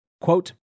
Quote